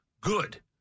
Good